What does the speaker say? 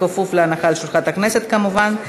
כפוף להנחה על שולחן הכנסת כמובן.